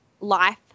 life